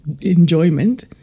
enjoyment